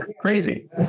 Crazy